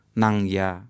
nangya